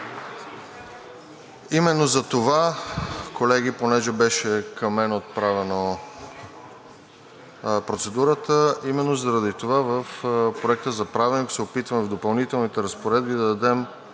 Карадайъ. Колеги, понеже беше към мен отправена процедурата, именно заради това в Проекта за правилник се опитваме в Допълнителните разпоредби да дадем